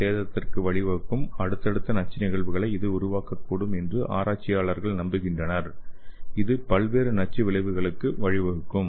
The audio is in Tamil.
ஏ சேதத்திற்கு வழிவகுக்கும் அடுத்தடுத்த நச்சு நிகழ்வுகளை இது உருவாக்கக்கூடும் என்று ஆராய்ச்சியாளர்கள் நம்புகின்றனர் இது பல்வேறு நச்சு விளைவுகளுக்கு வழிவகுக்கும்